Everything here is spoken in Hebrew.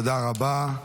תודה רבה.